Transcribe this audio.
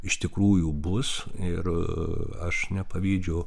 iš tikrųjų bus ir aš nepavydžiu